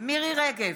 מירי מרים רגב,